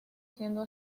siendo